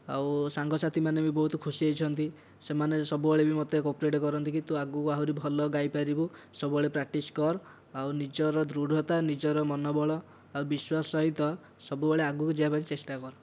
ଆଉ ସାଙ୍ଗସାଥିମାନେ ଭି ବହୁତ ଖୁସି ହେଇଛନ୍ତି ସେମାନେ ସବୁବେଳେ ମୋତେ କୋପରେଟ୍ କରନ୍ତି କି ତୁ ଆଗକୁ ଆହୁରି ଭଲ ଗାଇପାରିବୁ ସବୁବେଳେ ପ୍ରାକ୍ଟିସ୍ କର ଆଉ ନିଜର ଦୃଢ଼ତା ନିଜର ମନୋବଳ ଆଉ ବିଶ୍ୱାସ ସହିତ ସବୁବେଳେ ଆଗକୁ ଯିବାପାଇଁ ଚେଷ୍ଟା କର